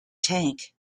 tank